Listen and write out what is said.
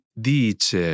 dice